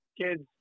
kids